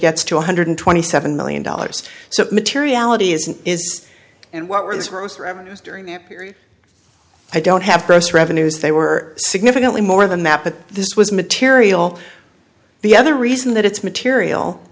gets to one hundred twenty seven million dollars so materiality isn't is and what were the gross revenues during that period i don't have gross revenues they were significantly more the map but this was material the other reason that it's material